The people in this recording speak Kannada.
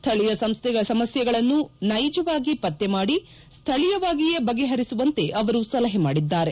ಸ್ಥಳೀಯ ಸಮಸ್ಥೆಗಳನ್ನು ನೈಜವಾಗಿ ಪತ್ತೆ ಮಾಡಿ ಸ್ಥಳೀಯವಾಗಿಯೇ ಬಗೆಹರಿಸುವಂತೆ ಅವರು ಸಲಹೆ ಮಾಡಿದ್ದಾರೆ